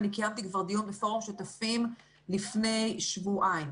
שאני קיימתי כבר דיון בפורום שותפים לפני שבועיים,